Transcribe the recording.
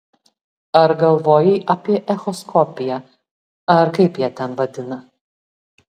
ar galvojai apie echoskopiją ar kaip jie ten vadina